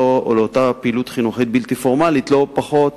פעילות חינוכית בלתי פורמלית לא פחות